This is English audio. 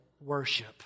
worship